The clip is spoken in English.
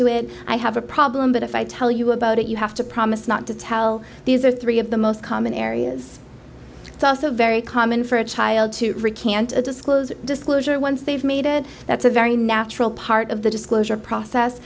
to it i have a problem but if i tell you about it you have to promise not to tell these are three of the most common areas it's also very common for a child to recant to disclose disclosure once they've made it that's a very natural part of the disclosure process